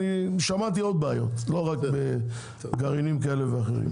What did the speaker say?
אני שמעתי עוד בעיות לא רק בגרעינים כאלה ואחרים.